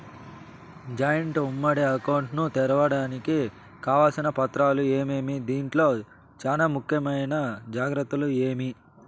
Joint ఉమ్మడి account ను తెరవడానికి కావాల్సిన పత్రాలు ఏమేమి? దీంట్లో చానా ముఖ్యమైన జాగ్రత్తలు ఏమి?